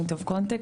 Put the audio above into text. point of contact,